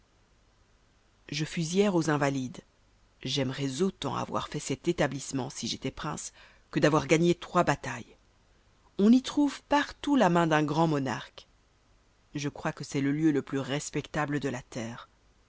fus hier aux invalides j'aimerois autant avoir fait cet établissement si j'étois prince que d'avoir gagné trois batailles on y trouve partout la main d'un grand monarque je crois que c'est le lieu le plus respectable de la terre